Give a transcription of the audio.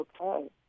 okay